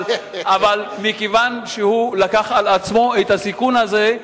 אבל מכיוון שהוא לקח על עצמו את הסיכון הזה,